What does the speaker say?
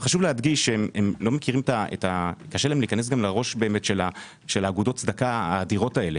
חשוב להדגיש כי קשה להם להיכנס לראש של אגודות הצדקה האדירות האלה.